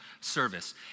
service